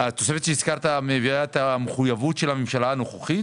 התוספת שהזכרת מביא את המחוייבות של הממשלה הנוכחית,